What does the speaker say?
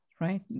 right